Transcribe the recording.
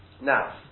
Now